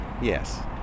Yes